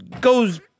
goes